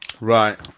right